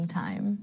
time